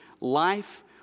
Life